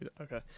Okay